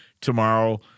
tomorrow